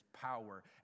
power